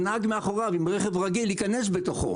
הנהג מאחוריו עם רכב רגיל יכנס בתוכו